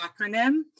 acronym